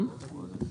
17(2)26ה(א).